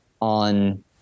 on